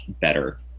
better